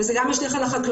וזה גם משליך על החקלאות.